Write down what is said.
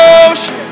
ocean